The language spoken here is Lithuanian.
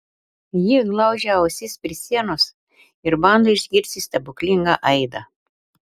jie glaudžia ausis prie sienos ir bando išgirsti stebuklingą aidą